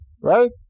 right